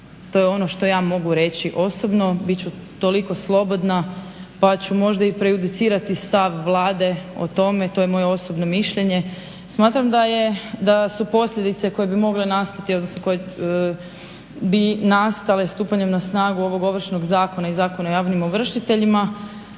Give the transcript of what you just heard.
To je ono što ja mogu reći osobno, bit ću toliko slobodna pa ću možda i prejudicirati stav Vlade o tome, to je moje osobno mišljenje. Smatram da su posljedice koje bi mogle nastati, odnosno koje bi nastale stupanjem na snagu ovog Ovršnog zakona i Zakona o javnim ovršiteljima